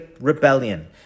rebellion